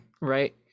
right